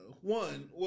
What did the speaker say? One